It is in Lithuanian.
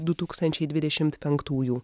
du tūkstančiai dvidešimt penktųjų